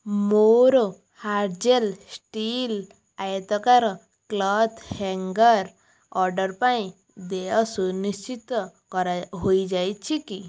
ମୋର Hazel steel ଆୟତାକାର cloth hanger order ପାଇଁ ଦେୟ ସୁନିଶ୍ଚିତ ହୋଇଯାଇଛି କି